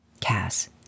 Cass